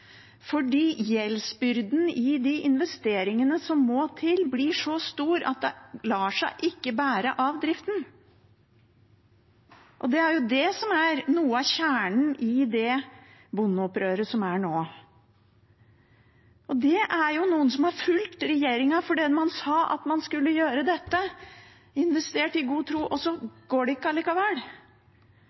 fordi gjeldsbyrden i investeringene som må til, blir så stor at den ikke lar seg bære av driften. Det er det som er noe av kjernen i det bondeopprøret som er nå. Det er noen som har fulgt regjeringen fordi man sa at man skulle gjøre dette – de har investert i god tro, og så går det ikke allikevel.